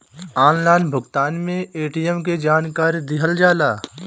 Online भुगतान में ATM के जानकारी दिहल जाला?